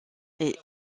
est